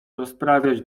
rozprawiać